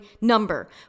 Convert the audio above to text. number